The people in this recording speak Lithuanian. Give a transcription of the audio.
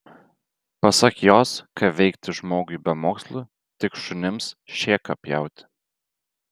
pasak jos ką veikti žmogui be mokslų tik šunims šėką pjauti